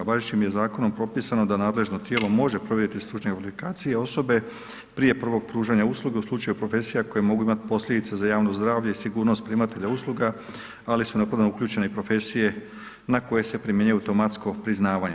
Važećim je zakonom propisano da nadležno tijelo može provjeriti stručne kvalifikacije osobe prije prvog pružanja usluge u slučaju profesija koje mogu imati posljedice za javno zdravlje i sigurnost primatelja usluga ali su ... uključene i profesije na koje se primjenjuje automatsko priznavanje.